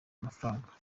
amafaranga